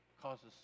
causes